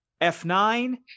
F9